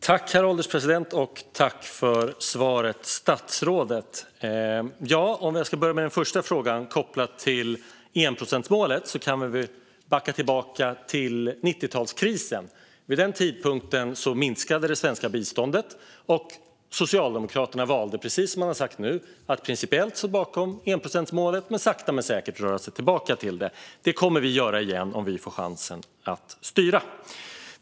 Herr ålderspresident! Tack för svaret, statsrådet! Om jag börjar med den första frågan kopplat till enprocentsmålet kan vi backa tillbaka till 90talskrisen. Vid den tidpunkten minskade det svenska biståndet, och Socialdemokraterna valde, precis som man sagt nu, att principiellt stå bakom enprocentsmålet och sakta men säkert röra sig tillbaka till det. Det kommer vi att göra igen, om vi får chansen att styra.